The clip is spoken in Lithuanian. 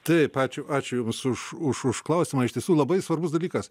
taip ačiū ačiū jums už užklausimą iš tiesų labai svarbus dalykas